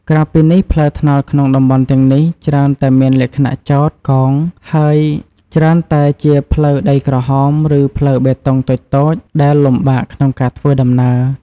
ក្រៅពីនេះ ផ្លូវថ្នល់ក្នុងតំបន់ទាំងនេះ ច្រើនតែមានលក្ខណៈចោត កោង ច្រើនតែជាផ្លូវដីក្រហម ឬផ្លូវបេតុងតូចៗ ដែលលំបាកក្នុងការធ្វើដំណើរ។